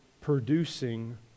producing